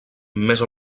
més